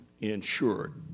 insured